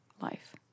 life